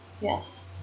Yes